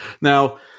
now